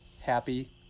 happy